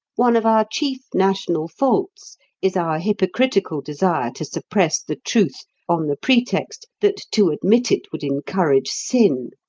one of our chief national faults is our hypocritical desire to suppress the truth on the pretext that to admit it would encourage sin,